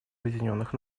объединенных